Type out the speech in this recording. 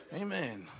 Amen